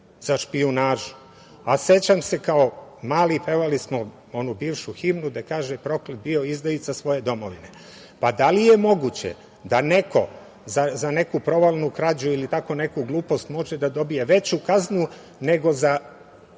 za špijunažu. Sećam se kao mali pevali smo onu bivšu himnu gde kaže – proklet bio izdajica svoje domovine. Pa da li je moguće da neko za neku provalnu krađu ili tako neku glupost može da dobije veću kaznu nego za